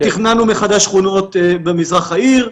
תכננו מחדש שכונות במזרח העיר,